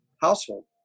household